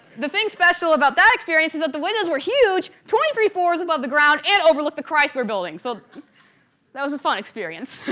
the thing special about that experience was that the windows were huge, twenty three floors above the ground, and overlooked the chrysler building, so that was a fun experience.